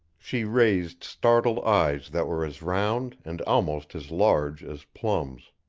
she raised startled eyes that were as round, and almost as large, as plums.